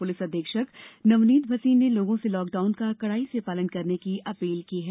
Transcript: police अधीक्षक नवनीत भसीन ने लोगों से लॉकडाउन का कड़ाई से पालन करने की अपील की है